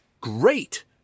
great